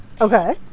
Okay